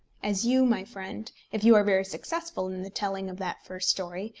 as you, my friend, if you are very successful in the telling of that first story,